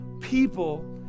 people